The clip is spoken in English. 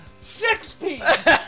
Six-piece